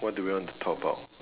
what do we want to talk about